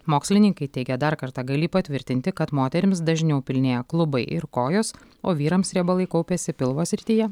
mokslininkai teigia dar kartą galį patvirtinti kad moterims dažniau pilnėja klubai ir kojos o vyrams riebalai kaupiasi pilvo srityje